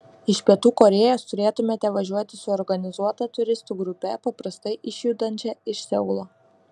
iš pietų korėjos turėtumėte važiuoti su organizuota turistų grupe paprastai išjudančia iš seulo